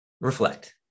reflect